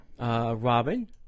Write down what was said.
Robin